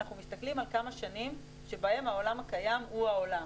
אנחנו מסתכלים על כמה שנים שבהן העולם הקיים הוא העולם.